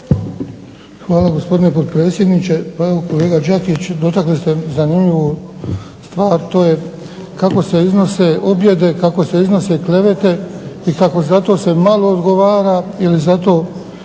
Hvala gospodine potpredsjedniče, kolega Đakić dotakli ste zanimljivu stvar, to je kako se iznose objede, kako se iznose klevete i kako se za to malo odgovara ili za to